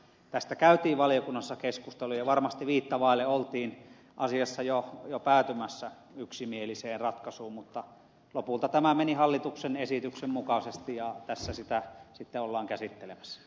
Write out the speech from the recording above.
tästä käytiin valiokunnassa keskustelua ja varmasti viittä vaille oltiin asiassa jo päätymässä yksimieliseen ratkaisuun mutta lopulta tämä meni hallituksen esityksen mukaisesti ja tässä sitä ollaan sitten käsittelemässä